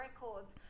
records